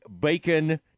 bacon